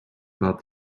about